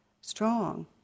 strong